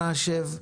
אנא השב,